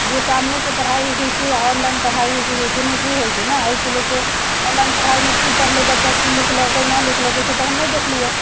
जे सामनेसँ पढ़ाइ होइ छै से आओर ऑनलाइन पढ़ाइ होइ छै दुनू दू होइ छै ने एहिके लऽ कऽ ऑनलाइन पढ़ाइमे कि पढ़लै बच्चा कि लिखलकै नहि लिखलकै से तऽ हम नहि देखलिए